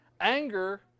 Anger